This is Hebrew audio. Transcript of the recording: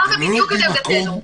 הבהרת בדיוק את עמדתנו.